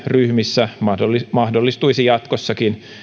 ryhmissä mahdollistuisi mahdollistuisi jatkossakin